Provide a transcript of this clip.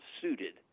suited